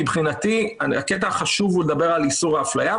מבחינתי הקטע החשוב הוא לדבר על איסור האפליה,